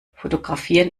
fotografieren